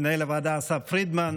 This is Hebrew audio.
למנהל הוועדה אסף פרידמן,